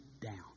down